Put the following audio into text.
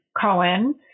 Cohen